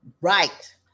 Right